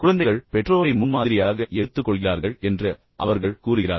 குழந்தைகள் தங்கள் பெற்றோரை முன்மாதிரியாக எடுத்துக்கொள்கிறார்கள் என்று அவர்கள் அடிக்கடி கூறுகிறார்கள்